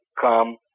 come